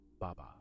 Baba